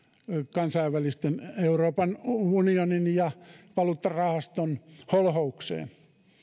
euroopan unionin ja kansainvälisen valuuttarahaston holhoukseen